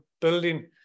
building